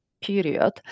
period